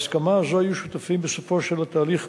להסכמה הזאת היו שותפים בסופו של התהליך